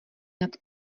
nad